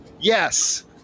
Yes